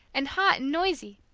and hot and noisy!